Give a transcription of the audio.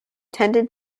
tended